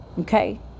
Okay